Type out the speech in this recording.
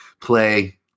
play